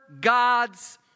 God's